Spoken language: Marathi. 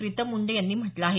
प्रीतम मुंडे यांनी म्हटलं आहे